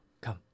Come